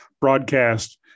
broadcast